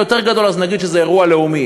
יותר גדול אז נגיד שזה אירוע לאומי.